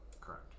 Correct